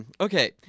okay